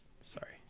sorry